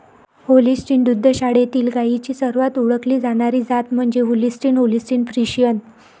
Holstein दुग्ध शाळेतील गायींची सर्वात ओळखली जाणारी जात म्हणजे होल्स्टीन होल्स्टीन फ्रिशियन